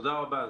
תודה רבה.